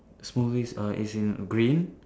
smoothies err it's in green